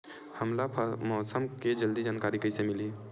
हमला मौसम के जल्दी जानकारी कइसे मिलही?